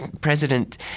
President